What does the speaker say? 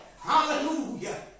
Hallelujah